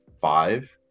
five